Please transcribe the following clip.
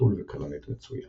ציפורני-חתול וכלנית מצויה.